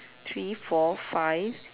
three four five